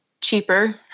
cheaper